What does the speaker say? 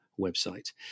website